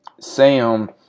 Sam